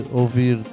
ouvir